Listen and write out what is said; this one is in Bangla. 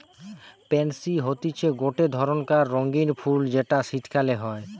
পেনসি হতিছে গটে ধরণকার রঙ্গীন ফুল যেটা শীতকালে হই